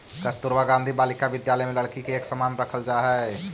कस्तूरबा गांधी बालिका विद्यालय में लड़की के एक समान रखल जा हइ